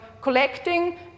collecting